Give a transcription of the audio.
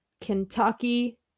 Kentucky